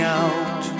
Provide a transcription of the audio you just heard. out